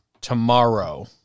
tomorrow